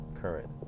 current